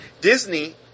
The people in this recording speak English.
Disney